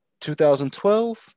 2012